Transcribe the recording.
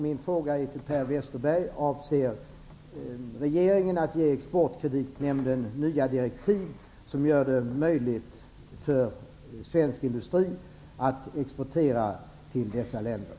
Min fråga till Per Westerberg är: Avser regeringen att ge Exportkreditnämnden nya direktiv som gör det möjligt för svensk industri att exportera till dessa länder?